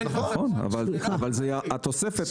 נכון, אבל התוספת